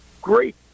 great